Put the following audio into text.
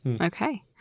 Okay